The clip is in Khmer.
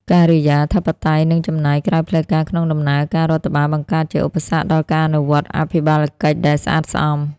ការិយាធិបតេយ្យ និងចំណាយក្រៅផ្លូវការក្នុងដំណើរការរដ្ឋបាល បង្កើតជាឧបសគ្គដល់ការអនុវត្តអភិបាលកិច្ចដែលស្អាតស្អំ។